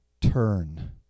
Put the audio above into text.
turn